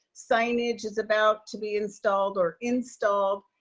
signage is about to be installed or installed,